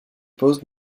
pause